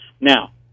Now